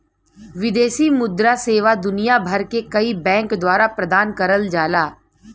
विदेशी मुद्रा सेवा दुनिया भर के कई बैंक द्वारा प्रदान करल जाला